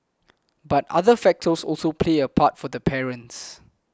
but other factors also played a part for the parents